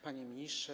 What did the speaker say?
Panie Ministrze!